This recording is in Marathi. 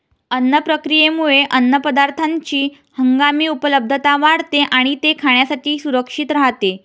अन्न प्रक्रियेमुळे अन्नपदार्थांची हंगामी उपलब्धता वाढते आणि ते खाण्यासाठी सुरक्षित राहते